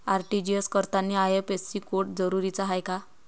RTGS करतांनी IFSC code जरुरीचा हाय का?